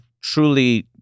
truly